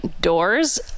Doors